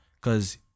Cause